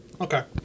Okay